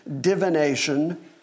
divination